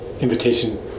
invitation